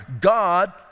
God